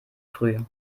früh